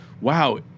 wow